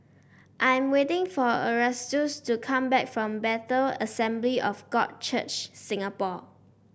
I am waiting for Erastus to come back from Bethel Assembly of God Church Singapore